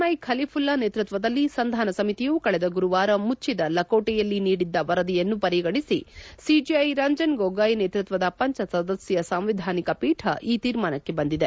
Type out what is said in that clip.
I Kalifulla ನೇತೃತ್ವದಲ್ಲಿ ಸಂಧಾನ ಸಮಿತಿಯು ಕಳೆದ ಗುರುವಾರ ಮುಚ್ಚಿದ ಲಕೋಟೆಯಲ್ಲಿ ನೀಡಿದ್ದ ವರದಿಯನ್ನು ಪರಿಗಣಿಸಿ ಸಿಜೆಐ ರಂಜನ್ ಗೊಗೊಯ್ ನೇತೃತ್ವದ ಪಂಚ ಸದಸ್ಯ ಸಾಂವಿಧಾನಿಕ ಪೀಠ ಈ ತೀರ್ಮಾನಕ್ಕೆ ಬಂದಿದೆ